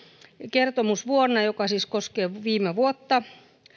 kertomusvuonna joka siis koskee viime vuotta